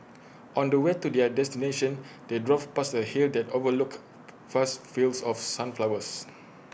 on the way to their destination they drove past A hill that overlooked vast fields of sunflowers